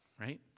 right